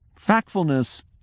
FACTFULNESS